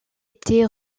été